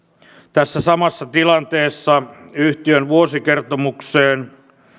tässä samassa tilanteessa yhtiön vuosikertomukseen ja hallintoneuvoston